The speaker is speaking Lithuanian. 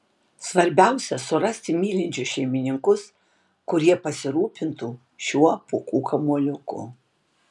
svarbiausia surasti mylinčius šeimininkus kurie pasirūpintų šiuo pūkų kamuoliuku